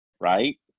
right